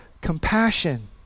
compassion